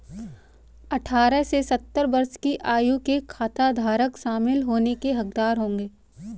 अठारह से सत्तर वर्ष की आयु के खाताधारक शामिल होने के हकदार होंगे